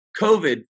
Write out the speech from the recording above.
covid